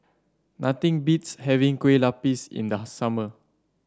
nothing beats having Kue Lupis in the summer